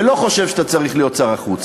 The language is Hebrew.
ולא חושב שאתה צריך להיות שר החוץ.